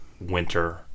winter